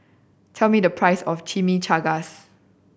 tell me the price of Chimichangas